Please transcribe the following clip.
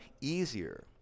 easier